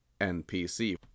NPC